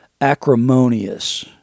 acrimonious